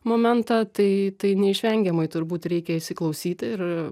momentą tai tai neišvengiamai turbūt reikia įsiklausyti ir